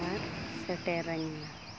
ᱟᱨ ᱥᱮᱴᱮᱨᱟᱹᱧ ᱢᱮ